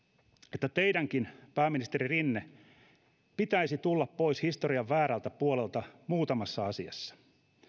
että teidänkin pääministeri rinne pitäisi tulla pois historian väärältä puolelta muutamassa asiassa